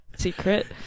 secret